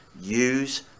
Use